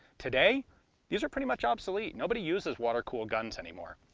today these are pretty much obsolete, nobody uses water-cooled guns any more.